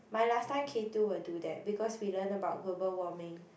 my last time K two will do that because we learn about global warming